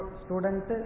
student